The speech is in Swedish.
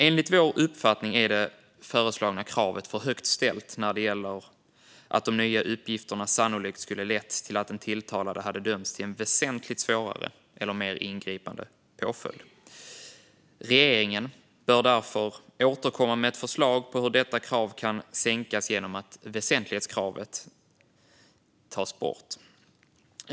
Enligt vår uppfattning är det föreslagna kravet för högt ställt när det gäller att de nya uppgifterna sannolikt skulle ha lett till att den tilltalade hade dömts till en väsentligt svårare eller mer ingripande påföljd. Regeringen bör därför återkomma med ett förslag på hur detta krav kan sänkas genom att väsentlighetskravet tas bort.